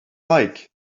like